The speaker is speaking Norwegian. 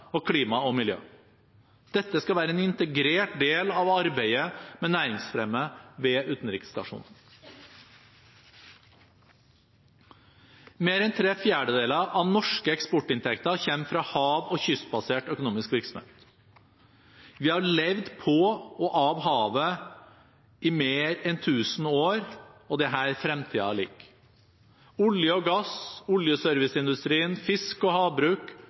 og klima og miljø. Dette skal være en integrert del av arbeidet med næringsfremme ved utenriksstasjonene. Mer enn tre fjerdedeler av norske eksportinntekter kommer fra hav- og kystbasert økonomisk virksomhet. Vi har levd på og av havet i mer enn tusen år, og det er her fremtiden ligger – i olje og gass, oljeserviceindustrien, fisk og havbruk og shipping. Marine og